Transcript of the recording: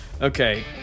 Okay